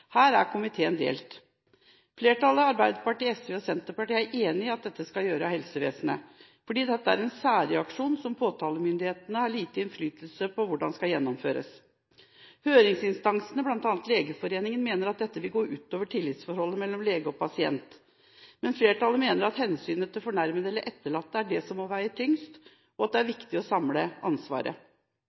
Her er komiteen delt. Flertallet, bestående av Arbeiderpartiet, SV og Senterpartiet, er enig i at dette skal gjøres av helsevesenet, fordi dette er en særreaksjon som påtalemyndighetene har lite innflytelse på hvordan skal gjennomføres. Høringsinstansene, bl.a. Legeforeningen, mener dette vil gå ut over tillitsforholdet mellom lege og pasient. Flertallet mener at hensynet til fornærmede eller etterlatte er det som må veie tyngst, og at det er viktig å samle ansvaret.